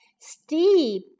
steep